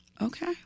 okay